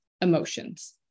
emotions